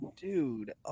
Dude